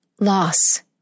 loss